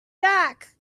back